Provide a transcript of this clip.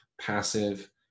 passive